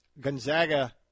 Gonzaga